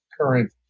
current